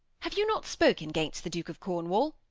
have you not spoken gainst the duke of cornwall?